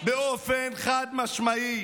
באופן חד-משמעי: